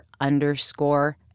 underscore